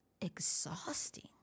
exhausting